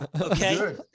Okay